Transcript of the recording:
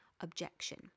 objection